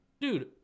dude